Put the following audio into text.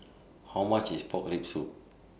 How much IS Pork Rib Soup